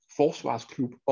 forsvarsklub